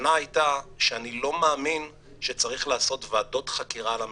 הכוונה הייתה שאני לא מאמין שצריך לעשות ועדות חקירה על המשטרה.